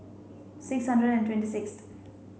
six hundred and twenty sixth